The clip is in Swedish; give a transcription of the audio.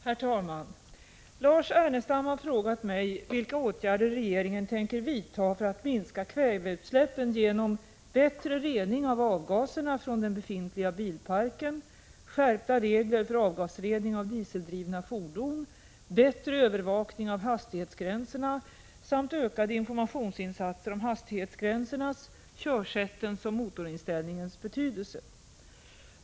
Herr talman! d) ökade informationsinsatser om hastighetsgränsernas, körsättens och motorinställningens betydelse.